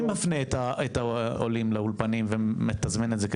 מפנה את העולים לאולפנים ומתזמן את זה?